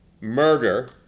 murder